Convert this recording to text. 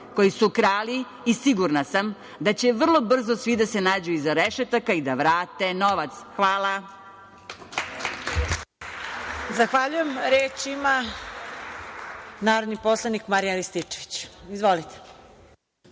koji su krali i sigurna sam da će vrlo brzo svi da se nađu iza rešetaka i da vrate novac. Hvala. **Marija Jevđić** Zahvaljujem. Reč ima narodni poslanik Marijan Rističević. Izvolite.